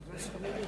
אדוני היושב-ראש,